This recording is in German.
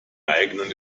eigenen